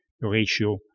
ratio